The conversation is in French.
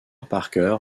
parker